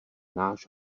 náš